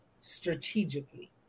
strategically